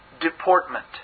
deportment